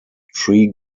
tree